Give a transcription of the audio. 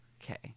Okay